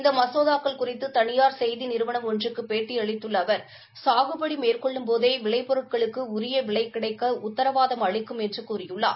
இந்த மசோதாக்கள் குறித்து தனியார் செய்தி நிறுவனம் ஒன்றுக்கு பேட்டியளித்துள்ள அவர் சாகுபடி மேற்கொள்ளும்போதே விளைபெருட்களுக்கு உரிய விலை கிடைக்க உத்தரவாதம் அளிக்கும் என்று கூறியுள்ளார்